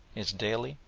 is daily,